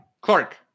Clark